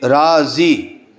राज़ी